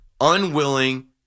unwilling